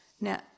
now